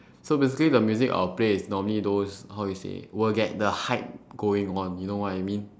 so basically the music I will play is normally those how you say will get the hype going on you know what I mean